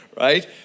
right